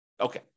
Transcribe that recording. Okay